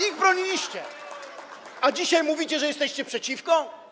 Ich broniliście, a dzisiaj mówicie, że jesteście przeciwko?